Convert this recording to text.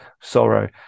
sorrow